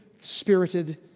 spirited